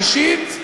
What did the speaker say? ראשית,